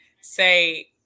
say